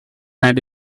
and